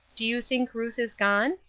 do you think ruth is gone?